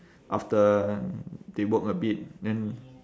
after they work a bit then